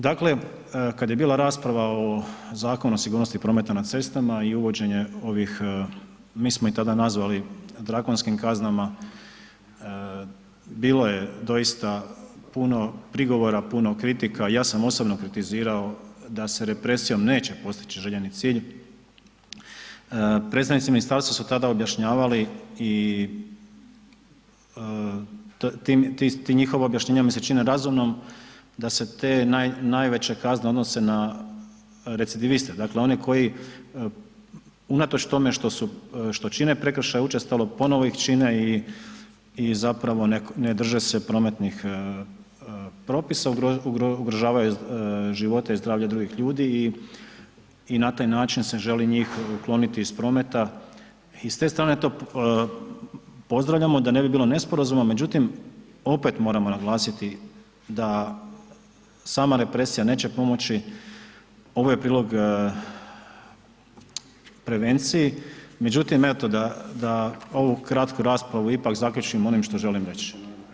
Dakle, kad je bila rasprava o Zakonu o sigurnosti prometa na cestama i uvođenje ovih, mi smo ih tada nazvali drakonskim kaznama, bilo je doista puno prigovora, puno kritika, ja sam osobno kritizirao da se represijom neće postići željeni cilj, predstavnici ministarstva su tada objašnjavali i ti njihova objašnjenja mi se čine razumnom da se te najveće kazne odnose na recidiviste, dakle one koji unatoč tome što čine prekršaje učestalo, ponovo ih čine i zapravo ne drže se prometnih propisa, ugrožavaju živote i zdravlje drugih ljudi i na taj način se želi njih ukloniti iz prometa i s te strane to pozdravljamo da ne bi bilo nesporazuma, međutim opet moramo naglasiti da sama represija neće pomoći, ovo je prilog prevenciji, međutim eto da, da ovu kratku raspravu ipak zaključim onim što želim reći.